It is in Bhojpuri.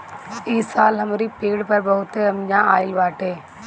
इस साल हमरी पेड़ पर बहुते अमिया आइल बाटे